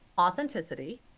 authenticity